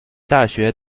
大学